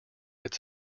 its